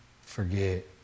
forget